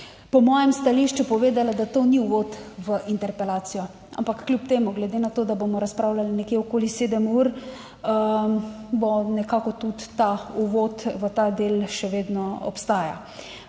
po mojem stališču povedala, da to ni uvod v interpelacijo. Ampak kljub temu, glede na to, da bomo razpravljali nekje okoli 7 ur, bo, nekako tudi ta uvod v ta del še vedno obstaja.